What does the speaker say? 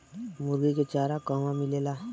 मुर्गी के चारा कहवा मिलेला?